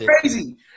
crazy